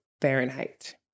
Fahrenheit